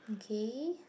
okay